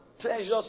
pleasures